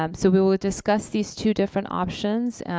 um so we will discuss these two different options.